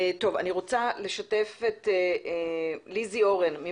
אני רוצה לשתף את ליזי אורון,